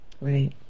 Right